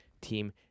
team